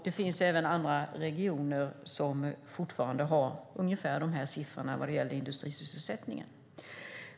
Det finns även andra regioner som fortfarande har ungefär de här siffrorna vad gäller industrisysselsättningen.